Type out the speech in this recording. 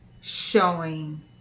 showing